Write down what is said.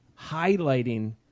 highlighting